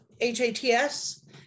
H-A-T-S